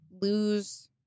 lose